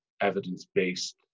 evidence-based